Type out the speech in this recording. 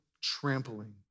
trampling